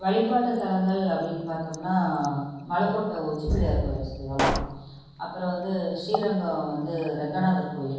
வழிபாட்டுத் தலங்கள் அப்படின்னு பார்தோம்ன்னா மலைக்கோட்டை உச்சி பிள்ளையார் கோவிலை சொல்லெலாம் அப்புறம் வந்து ஸ்ரீரங்கம் வந்து ரெங்கநாதர் கோவில்